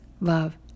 love